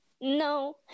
no